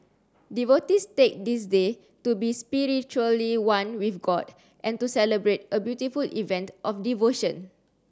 devotees take this day to be spiritually one with god and to celebrate a beautiful event of devotion